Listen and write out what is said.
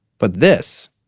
but this?